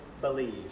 believe